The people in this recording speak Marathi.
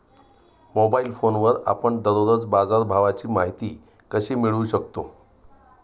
मोबाइल फोनवर आपण दररोज बाजारभावाची माहिती कशी मिळवू शकतो?